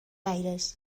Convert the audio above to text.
aires